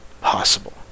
possible